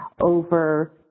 over